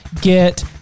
get